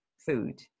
food